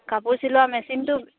কাপোৰ চিলোৱা মেচিনটো